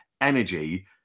energy